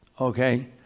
okay